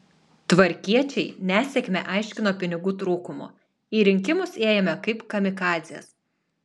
tvarkiečiai nesėkmę aiškino pinigų trūkumu į rinkimus ėjome kaip kamikadzės